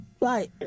Right